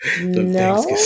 No